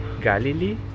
Galilee